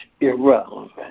irrelevant